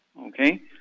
okay